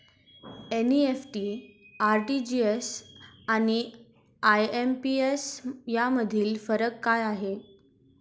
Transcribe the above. NEFT, RTGS आणि IMPS यामधील फरक काय आहे?